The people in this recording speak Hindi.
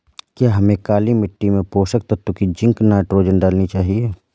क्या हमें काली मिट्टी में पोषक तत्व की जिंक नाइट्रोजन डालनी चाहिए?